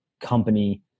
company